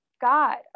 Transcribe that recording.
god